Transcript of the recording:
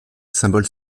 symbole